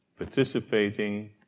participating